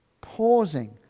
Pausing